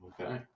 Okay